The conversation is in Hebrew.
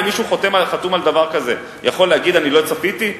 אם מישהו חתום על דבר כזה הוא יכול להגיד: אני לא צפיתי?